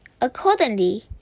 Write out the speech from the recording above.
Accordingly